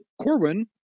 Corwin